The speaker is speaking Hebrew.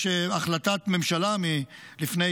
יש החלטת ממשלה מלפני,